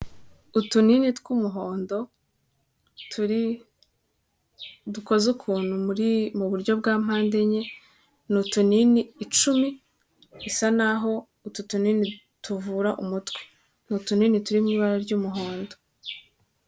Utunini tw'umuhondo turi dukoze ukuntu muri mu buryo bwa mpande enye ni utunini icumi dusa naho utu tunini tuvura umutwe ni utunini turimo ibara ry'umuhondo.